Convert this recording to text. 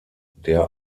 der